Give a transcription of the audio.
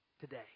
today